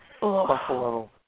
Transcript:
Buffalo